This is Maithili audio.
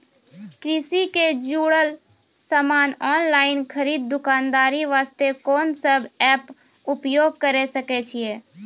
कृषि से जुड़ल समान ऑनलाइन खरीद दुकानदारी वास्ते कोंन सब एप्प उपयोग करें सकय छियै?